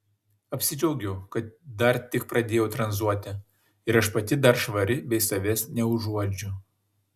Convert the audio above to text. apsidžiaugiu kad dar tik pradėjau tranzuoti ir aš pati dar švari bei savęs neužuodžiu